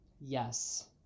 yes